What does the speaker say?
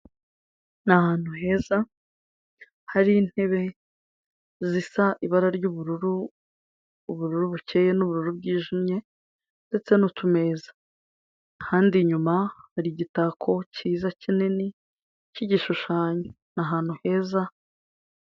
Ni ahantu heza hari intebe zisa ibara ry'ubururu, ubururu bukeye n'ubururu bwijimye ndetse n'utumeza, ahandi inyuma hari igitako cyiza kinini cy'igishushanyo, ni ahantu heza.